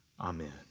Amen